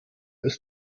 ist